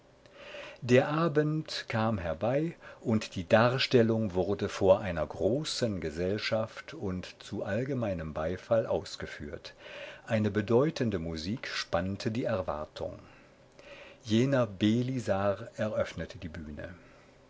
der abend kam herbei und die darstellung wurde vor einer großen gesellschaft und zu allgemeinem beifall ausgeführt eine bedeutende musik spannte die erwartung jener belisar eröffnete die bühne